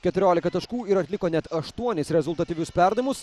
keturiolika taškų ir atliko net aštuonis rezultatyvius perdavimus